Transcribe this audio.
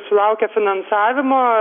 sulaukę finansavimo